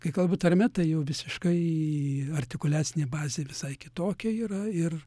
kai kalbu tarme tai jau visiškai artikuliacinė bazė visai kitokia yra ir